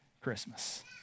Christmas